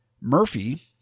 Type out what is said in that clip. Murphy